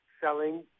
selling